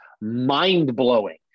mind-blowing